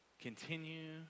Continue